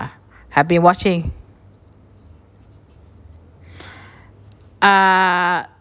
have been watching uh